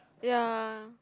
ya